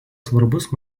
svarbus